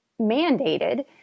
mandated